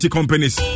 Companies